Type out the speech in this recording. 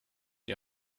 die